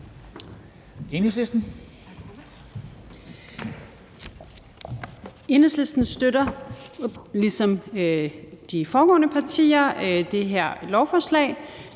Skipper (EL): Enhedslisten støtter ligesom de foregående partier det her lovforslag.